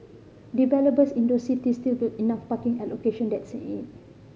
developers in those cities still build enough parking at location that's it